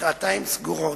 בדלתיים סגורות.